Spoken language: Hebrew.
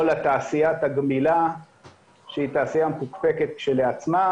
לתעשיית הגמילה שהיא תעשייה מפוקפקת כשלעצמה,